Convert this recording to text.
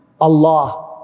Allah